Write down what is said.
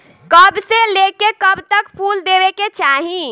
कब से लेके कब तक फुल देवे के चाही?